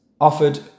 offered